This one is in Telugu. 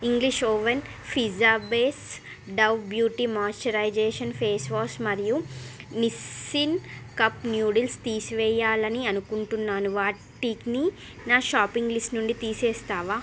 English oven pizza base Dove beauty moisturisation face wash మరియు నిస్సిన్ కప్ నూడిల్స్ తీసివేయాలి అనుకుంటున్నాను వాటిని నా షాపింగ్ లిస్ట్ నుండి తీసేస్తావా